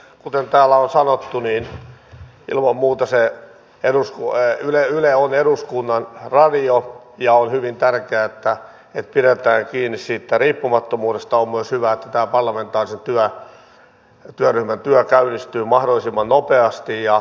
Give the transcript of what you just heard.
kuten täällä on sanottu ilman muuta yle on eduskunnan radio ja on hyvin tärkeää että pidetään kiinni siitä riippumattomuudesta ja on myös hyvä että tämän parlamentaarisen työryhmän työ käynnistyy mahdollisimman nopeasti